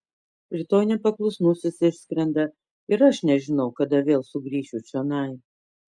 rytoj nepaklusnusis išskrenda ir aš nežinau kada vėl sugrįšiu čionai